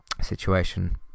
situation